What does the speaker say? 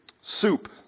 soup